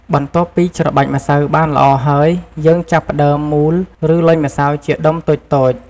បន្ទាប់ពីច្របាច់ម្សៅបានល្អហើយ យើងចាប់ផ្តើមមូល ឬ លញ់ម្សៅជាដុំតូចៗ។